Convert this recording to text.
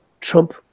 Trump